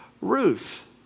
Ruth